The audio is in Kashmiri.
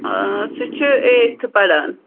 سُہ چھُ ایٚٹھِتھ پَران